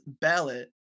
ballot